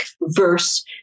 verse